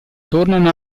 tornano